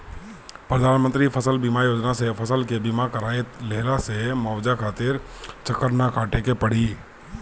प्रधानमंत्री फसल बीमा योजना से फसल के बीमा कराए लेहला से मुआवजा खातिर चक्कर ना काटे के पड़ी